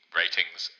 ratings